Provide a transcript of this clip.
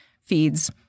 feeds